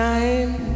time